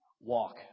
walk